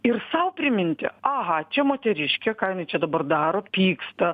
ir sau priminti aha čia moteriškė ką jinai čia dabar daro pyksta